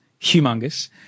humongous